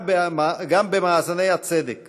גם במאזני הצדק